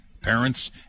Parents